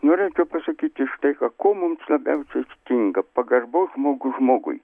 norėčiau pasakyti štai ką ko mums labiausiai stinga pagarbos žmogus žmogui